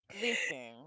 Listen